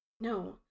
No